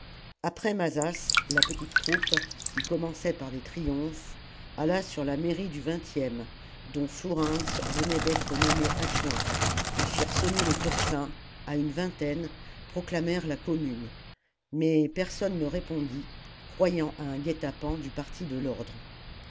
après mazas la petite troupe qui commençait par des triomphes alla sur la mairie du xxe dont flourens venait d'être nommé adjoint ils firent sonner le tocsin à une vingtaine proclamèrent la commune mais personne ne répondit croyant à un guet-apens du parti de l'ordre